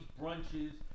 brunches